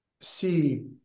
see